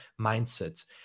mindset